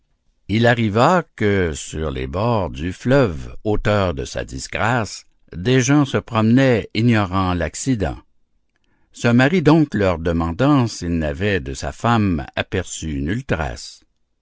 il arriva que sur les bords du fleuve auteur de sa disgrâce des gens se promenaient ignorant l'accident ce mari donc leur demandant s'ils n'avaient de sa femme aperçu